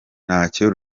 ntacyo